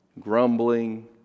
grumbling